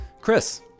Chris